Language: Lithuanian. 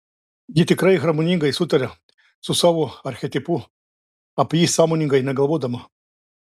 ji tikrai harmoningai sutaria su savo archetipu apie jį sąmoningai negalvodama